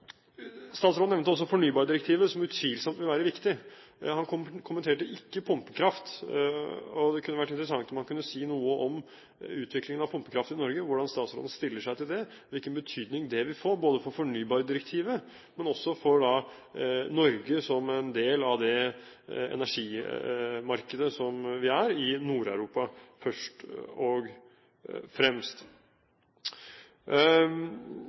Statsråden nevnte også fornybardirektivet, som utvilsomt vil være viktig. Han kommenterte ikke pumpekraft. Det kunne vært interessant om statsråden kunne si noe om utviklingen av pumpekraft i Norge, og hvordan han stiller seg til det, hvilken betydning det vil få både for fornybardirektivet og for Norge som en del av det energimarkedet som vi er, i Nord-Europa først og fremst.